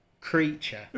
creature